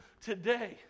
today